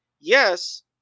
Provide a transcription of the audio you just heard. yes